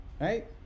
Right